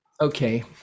Okay